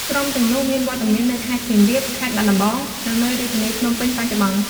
ក្រុមទាំងនោះមានវត្តមាននៅខេត្តសៀមរាប ខេត្តបាត់ដំបង និងនៅរាជធានីភ្នំពេញបច្ចុប្បន្ន ។